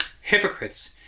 Hypocrites